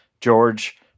George